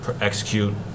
execute